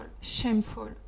shameful